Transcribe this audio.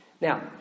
Now